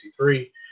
1963